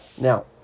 now